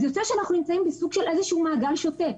יוצא שאנחנו נמצאים בסוג של מעגל שוטה,